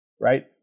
right